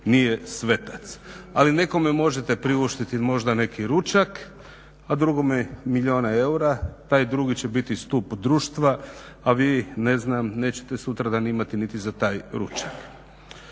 nije svetac. Ali nekome možete priuštiti možda neki ručak, a drugome milijun eura. Taj drugi će biti stup društva, a vi, ne znam, nećete sutradan imati niti za taj ručak.